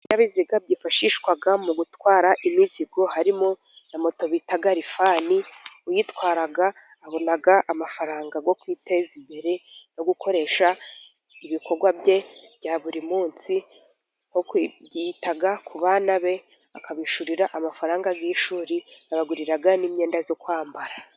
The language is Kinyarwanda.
Ibinyabiziga byifashishwa mu gutwara imizigo harimo na moto bita rifani. Uyitwara abona amafaranga yo kwiteza imbere no gukoresha ibikorwa bye bya buri munsi, nko kwita ku bana be akabishyurira amafaranga y'ishuri akabaguriraga n'imyenda yo kwambara.